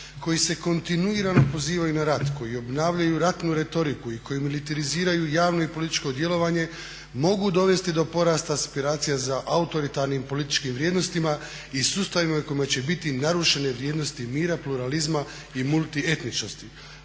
koji se kontinuirano pozivaju na rat, koji obnavljaju ratnu retoriku i koji militariziraju javno i političko djelovanje mogu dovesti do porasta aspiracija za autoritarnim političkim vrijednostima i sustavima u kojima će biti narušene vrijednosti mira, pluralizma i multietničnosti.